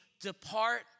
depart